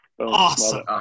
Awesome